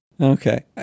Okay